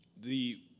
The-